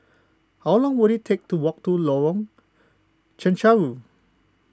how long will it take to walk to Lorong Chencharu